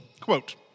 quote